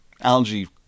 algae